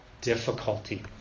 difficulty